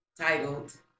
titled